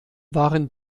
waren